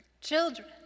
Children